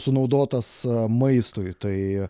sunaudotas maistui tai